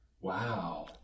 Wow